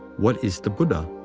what is the buddha?